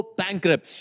bankrupt